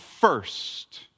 first